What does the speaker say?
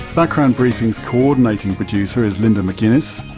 background briefing's coordinating producer is linda mcginness,